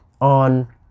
on